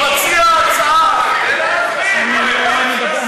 אתה מציע הצעה, תן לה להסביר.